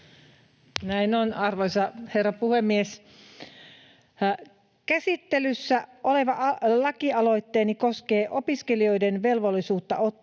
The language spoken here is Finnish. Näin on, arvoisa herra puhemies! — Käsittelyssä oleva lakialoitteeni koskee opiskelijoiden velvollisuutta ottaa